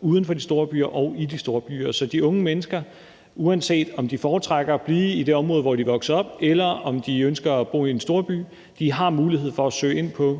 uden for de store byer og i de store byer, så de unge mennesker har, uanset om de foretrækker at blive i det område, hvor de er vokset op, eller om de ønsker at bo i en storby, også en mulighed for at søge ind på